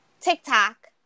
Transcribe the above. TikTok